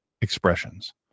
expressions